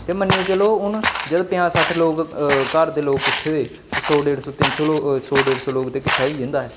ते मन्नियै चलो हून जिसलै पंजाह् सट्ठ लोक घर दे लोक किट्ठे होऐ ते सौ डेढ सौ तिन्न सौ सौ डेढ सौ लोक ते किट्ठा होई जंदा ऐ